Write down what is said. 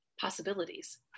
possibilities